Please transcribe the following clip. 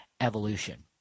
evolution